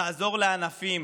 תעזור לענפים,